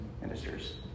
ministers